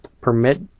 permit